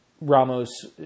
Ramos